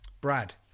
Brad